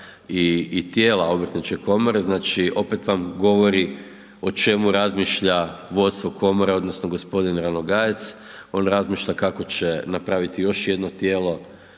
i tijela obrtničke komore. Znači opet vam govori o čemu razmišlja vodstvo komore, odnosno g. Ranogajec. On razmišlja kako će napraviti još jedno tijelo